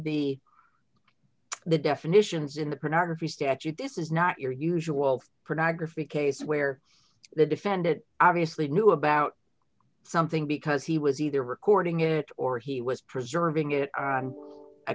the the definitions in the corner of the statute this is not your usual for nagra free case where the defendant obviously knew about something because he was either recording it or he was preserving it on a